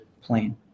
plane